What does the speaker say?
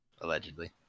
allegedly